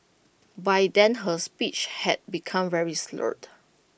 by then her speech had become very slurred